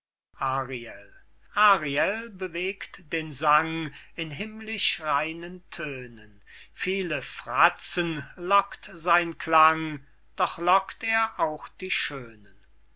bewegt den sang in himmlisch reinen tönen viele fratzen lockt sein klang doch lockt er auch die schönen